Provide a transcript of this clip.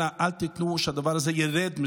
אנא, אל תיתנו שהדבר הזה ירד מסדר-היום.